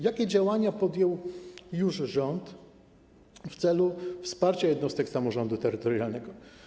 Jakie działania już podjął rząd w celu wsparcia jednostek samorządu terytorialnego?